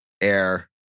air